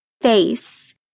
face